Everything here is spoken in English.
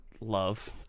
love